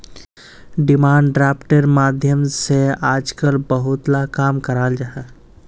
demand ड्राफ्टेर माध्यम से आजकल बहुत ला काम कराल जाहा